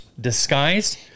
disguised